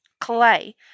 clay